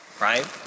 right